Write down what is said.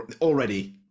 already